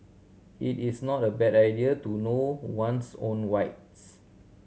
it is not a bad idea to know one's own rights